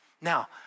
Now